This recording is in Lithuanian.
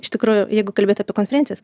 iš tikrųjų jeigu kalbėt apie konferencijas